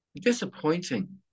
disappointing